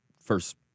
first